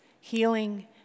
healing